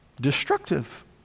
destructive